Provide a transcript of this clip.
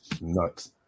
Nuts